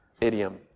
idiom